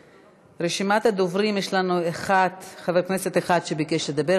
רשימת הדוברים: יש לנו חבר כנסת אחד שביקש לדבר,